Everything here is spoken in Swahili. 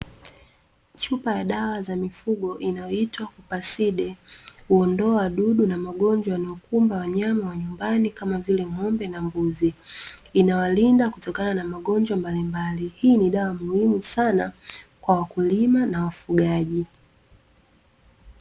Chupa ya dawa za mifugo inayoitwa KUPACIDE huondoa wadudu na magonjwa yanayokumba wanyama wa nyumbani kama vile; ng'ombe na mbuzi inawalinda kutokana na magonjwa mbalimbali, hii ni dawa muhimu sana kwa wakulima na wafugaji.